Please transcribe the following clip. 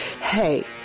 hey